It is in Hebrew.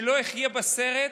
שלא יחיה בסרט,